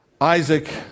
Isaac